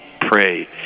pray